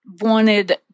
wanted